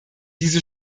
diese